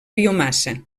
biomassa